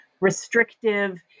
restrictive